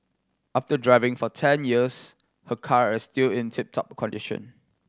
after driving for ten years her car is still in tip top condition